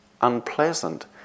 unpleasant